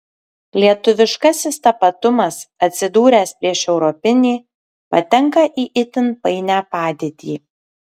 lietuviškasis tapatumas atsidūręs prieš europinį patenka į itin painią padėtį